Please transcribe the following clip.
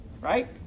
right